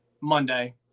Monday